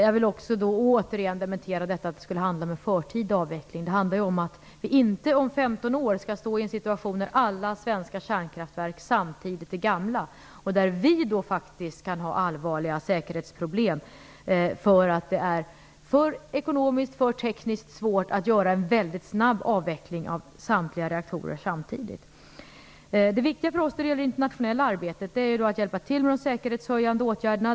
Jag vill också återigen dementera att det skulle handla om en förtida avveckling. Det handlar om att vi inte om 15 år skall stå i en situation där alla svenska kärnkraftverk samtidigt är gamla och där vi faktiskt kan ha allvarliga säkerhetsproblem eftersom det är för svårt, både ekonomiskt och tekniskt, att göra en väldigt snabb avveckling av samtliga reaktorer samtidigt. Det viktiga för oss när det gäller det internationella arbetet är att hjälpa till med de säkerhetshöjande åtgärderna.